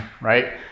right